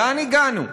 לאן הגענו?